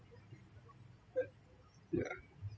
yeah